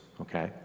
okay